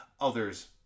others